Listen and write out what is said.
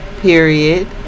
period